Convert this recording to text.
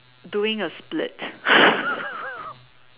doing a split